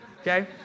Okay